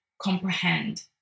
comprehend